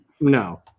No